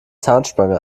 zahnspange